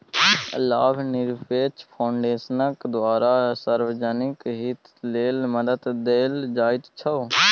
लाभनिरपेक्ष फाउन्डेशनक द्वारा सार्वजनिक हित लेल मदद देल जाइत छै